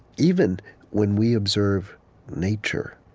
even when we observe nature.